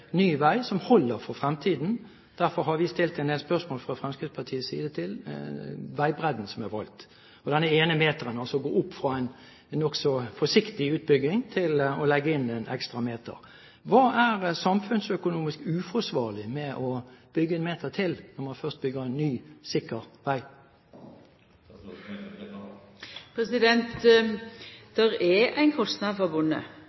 ny vei som holder for fremtiden. Derfor har Fremskrittspartiet stilt en del spørsmål til veibredden som er valgt, og denne ene meteren, altså det å gå fra en nokså forsiktig utbygging til å legge inn en ekstra meter. Hva er samfunnsøkonomisk uforsvarlig med å bygge en meter til, når man først bygger en ny, sikker vei?